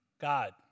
God